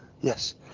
Yes